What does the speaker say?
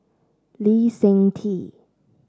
Lee Seng Tee